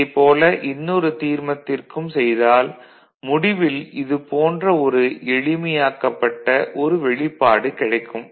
இதைப் போல இன்னொரு தீர்மத்திற்கும் செய்தால் முடிவில் இது போன்ற ஒரு எளிமையாக்கப்பட்ட ஒரு வெளிப்பாடு கிடைக்கும்